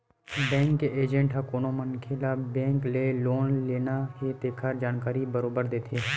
bank के agent ह कोनो मनखे ल बेंक ले लोन लेना हे तेखर जानकारी बरोबर देथे